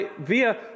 Via